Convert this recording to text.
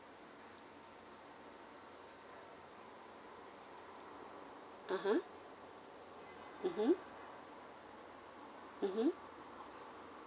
mmhmm mmhmm mmhmm